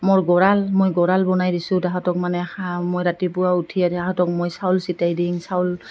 মোৰ গঁৰাল মই গঁৰাল বনাই দিছোঁ তাহাঁতক মানে হাঁহ মই ৰাতিপুৱা উঠিয়ে তাহাঁতক মই চাউল ছিটাই দিং চাউল